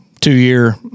two-year